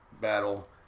battle